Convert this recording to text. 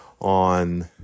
on